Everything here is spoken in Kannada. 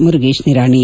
ಮುರುಗೇಶ್ ನಿರಾಣಿ